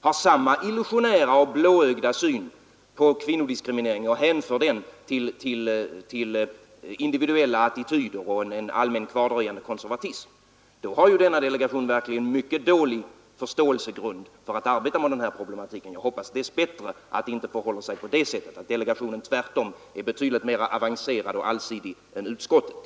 Har den samma illusionära och blåögda syn på kvinnodiskrimineringen och hänför den till individuella attityder och till en allmän kvardröjande konservatism? Då har denna delegation mycket dålig förståelsegrund för att arbeta med denna problematik. Jag hoppas att det dess bättre inte förhåller sig på det sättet, utan att delegationen tvärtom är betydligt mera avancerad och allsidig än utskottet.